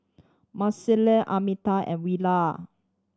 Marcellus Almeta and Willia